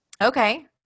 Okay